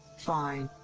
fine,